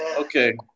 Okay